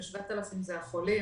ו-7,000 זה חולים.